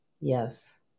Yes